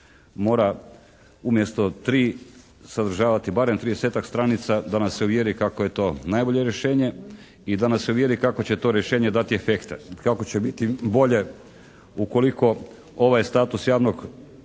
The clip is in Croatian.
Mora umjesto 3 sadržavati barem 30-ak stranica da nas se uvjeri kako je to najbolje rješenje i da nas se uvjeri kako će to rješenje dati efekta. Kako će biti bolje ukoliko ovaj status javnog